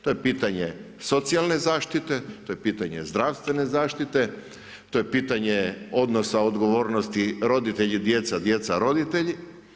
To je pitanje socijalne zaštite, to je pitanje zdravstvene zaštite, to je pitanje odnosa odgovornosti roditelji djeca, djeca roditelji.